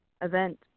event